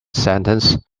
sentence